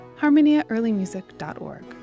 harmoniaearlymusic.org